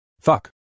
Fuck